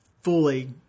fully